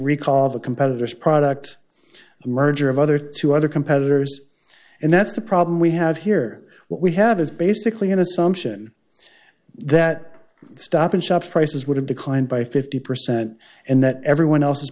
recall the competitor's product a merger of other two other competitors and that's the problem we have here what we have is basically an assumption that stop and shop prices would have declined by fifty percent and that everyone else's